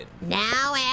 Now